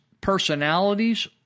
personalities